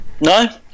No